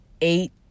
eight